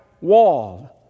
wall